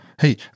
Hey